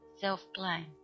self-blame